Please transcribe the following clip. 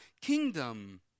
kingdom